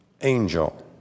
angel